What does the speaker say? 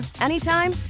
anytime